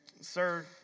Sir